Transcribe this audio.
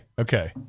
Okay